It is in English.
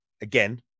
again